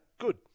good